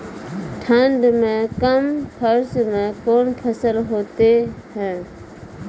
ठंड मे कम खर्च मे कौन फसल होते हैं?